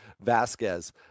Vasquez